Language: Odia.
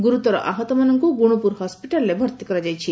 ଗୁରୁତର ଆହତମାନଙ୍କୁ ଗୁଣୁପୁର ହସ୍ପିଟାଲରେ ଭର୍ତି କରାଯାଇଛି